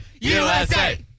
USA